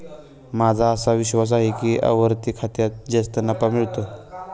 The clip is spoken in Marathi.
माझा असा विश्वास आहे की आवर्ती खात्यात जास्त नफा मिळतो